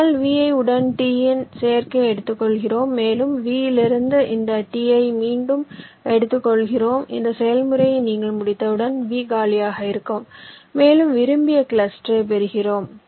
அதனால் Vi உடன் t இன் சேர்க்கை எடுத்துக்கொள்கிறோம் மேலும் V இலிருந்து இந்த t ஐ மீண்டும் எடுத்துக்கொள்கிறோம் இந்த செயல்முறையை நீங்கள் முடித்தவுடன் V காலியாக இருக்கும் மேலும் விரும்பிய கிளஸ்டரைப் பெறுகிறோம்